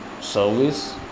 service